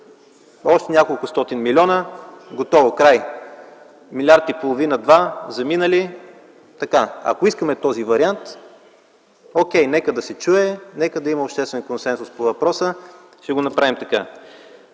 още няколко стотин милиона. Готово! Край! Милиард и половина – два заминали!”. Ако искаме този вариант, окей – нека да се чуе, нека да има обществен консенсус по въпроса, ще го направим така.